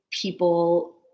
people